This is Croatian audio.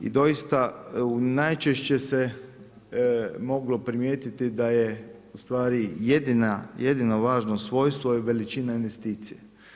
I doista najčešće se moglo primijetiti da je u stvari jedino važno svojstvo je veličina investicije.